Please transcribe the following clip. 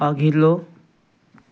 अघिल्लो